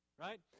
Right